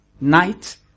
night